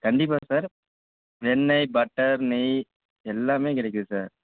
கண்டிப்பாக சார் வெண்ணெய் பட்டர் நெய் எல்லாமே கிடைக்குது சார்